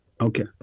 Okay